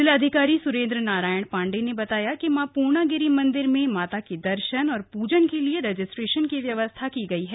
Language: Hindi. जिलाधिकारी सुरेन्द्र नारायण पांडेय ने बताया कि मां पूर्णागिरी मन्दिर में माता के दर्शन और पूजन के लिए रजिस्ट्रेशन की व्यवस्था की गई है